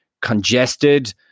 congested